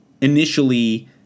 initially